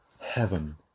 heaven